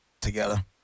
together